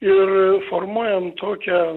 ir formuojam tokią